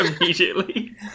immediately